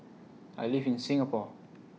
I live in Singapore